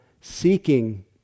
seeking